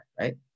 right